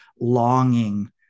longing